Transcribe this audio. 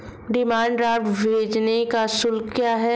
Demand draft भेजने का शुल्क क्या है?